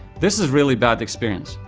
this is really bad experience.